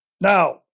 Now